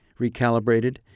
recalibrated